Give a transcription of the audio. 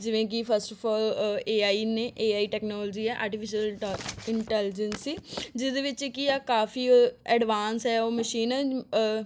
ਜਿਵੇਂ ਕਿ first of A I ਨੇ ਏ ਆਈ ਟੈਕਨੋਲੋਜੀ ਹੈ ਆਰਟੀਫਿਸ਼ੀਅਲ ਟ ਇੰਟੈਲੀਜੈਂਸੀ ਜਿਹਦੇ ਵਿੱਚ ਕਿ ਆ ਕਾਫੀ ਅ ਐਡਵਾਂਸ ਹੈ ਉਹ ਮਸ਼ੀਨ